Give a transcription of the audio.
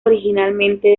originalmente